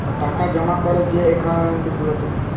টাকা জমা ক্যরে যে একাউল্ট গুলাতে